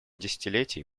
десятилетий